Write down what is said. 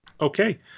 Okay